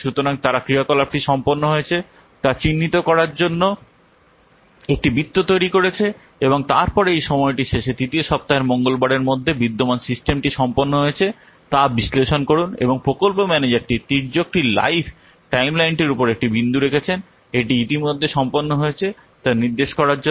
সুতরাং তারা ক্রিয়াকলাপটি সম্পন্ন হয়েছে তা চিহ্নিত করার জন্য একটি বৃত্ত তৈরি করেছে এবং তারপরে এই সময়টির শেষে তৃতীয় সপ্তাহের মঙ্গলবারের মধ্যে বিদ্যমান সিস্টেমটি সম্পন্ন হয়েছে তা বিশ্লেষণ করুন এবং প্রকল্প ম্যানেজারটি তির্যকটির লাইফ টাইমলাইনটির উপর একটি বিন্দু রেখেছেন এটি ইতিমধ্যে সম্পন্ন হয়েছে তা নির্দেশ করার জন্য